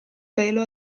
velo